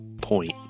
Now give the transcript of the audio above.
point